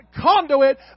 conduit